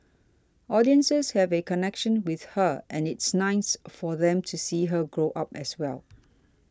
audiences have a connection with her and it's nice for them to see her grow up as well